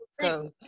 go